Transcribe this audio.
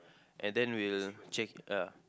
and then we'll check ya